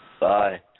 Bye